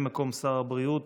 מקום שר הבריאות,